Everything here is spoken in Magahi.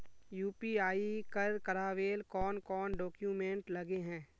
यु.पी.आई कर करावेल कौन कौन डॉक्यूमेंट लगे है?